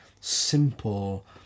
simple